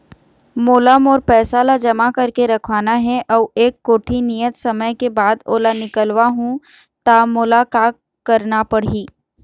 मोला मोर पैसा ला जमा करके रखवाना हे अऊ एक कोठी नियत समय के बाद ओला निकलवा हु ता मोला का करना पड़ही?